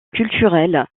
culturel